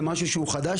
זה משהו שהוא חדש,